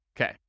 Okay